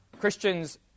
Christians